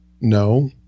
No